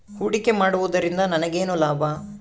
ಹೂಡಿಕೆ ಮಾಡುವುದರಿಂದ ನನಗೇನು ಲಾಭ?